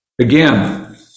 Again